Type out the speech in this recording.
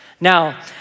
Now